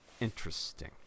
interesting